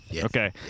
Okay